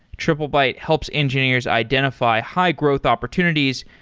triplebyte helps engineers identify high-growth opportunities,